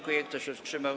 Kto się wstrzymał?